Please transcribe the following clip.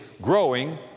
growing